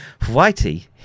Whitey